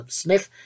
smith